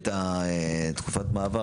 את תקופת המעבר.